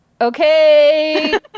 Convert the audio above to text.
Okay